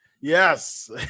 Yes